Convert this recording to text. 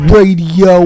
Radio